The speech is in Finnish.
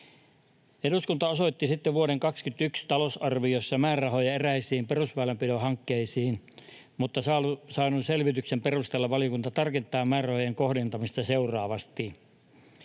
Eduskunta osoitti vuoden 21 talousarviossa määrärahoja eräisiin perusväylänpidon hankkeisiin, mutta saadun selvityksen perusteella valiokunta tarkentaa määrärahojen kohdentamista seuraavasti: